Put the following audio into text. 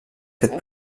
fet